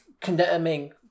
condemning